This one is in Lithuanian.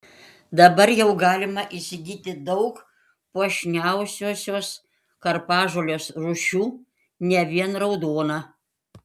dabar jau galima įsigyti daug puošniausiosios karpažolės rūšių ne vien raudoną